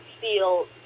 feel